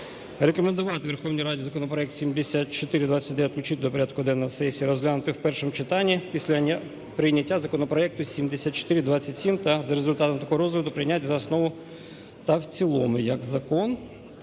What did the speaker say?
рекомендувати Верховній Раді законопроект 7429 включити до порядку денного сесії, розглянути в першому читанні після прийняття законопроекту 7427 та за результатами такого розгляду прийняти за основу та в цілому як закон.